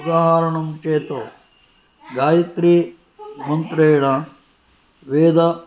उदाहरणं चेत् गायत्रीमन्त्रेण वेद